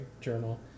Journal